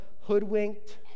hoodwinked